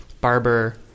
Barber